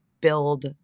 build